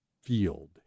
field